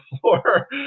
floor